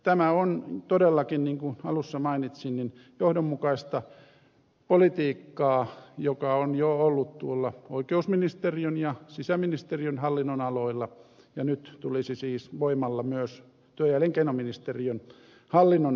tämä on todellakin niin kuin alussa mainitsin johdonmukaista politiikkaa joka on jo ollut oikeusministeriön ja sisäministeriön hallinnonaloilla ja nyt tulisi siis voimalla myös työ ja elinkeinoministeriön hallinnonalalle